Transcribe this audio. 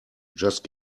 just